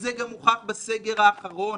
וזה גם הוכח בסגר האחרון,